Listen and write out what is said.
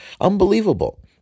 Unbelievable